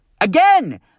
Again